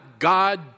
God